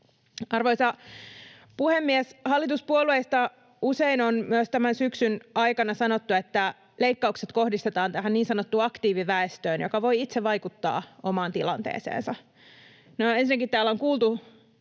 Arvoisa puhemies! Hallituspuolueista on usein tämän syksyn aikana myös sanottu, että leikkaukset kohdistetaan tähän niin sanottu aktiiviväestöön, joka voi itse vaikuttaa omaan tilanteeseensa. No, ensinnäkin täällä on kuultu